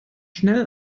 schnell